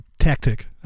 tactic